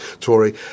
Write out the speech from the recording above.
Tory